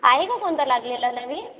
आहे का कोणता लागलेला नवीन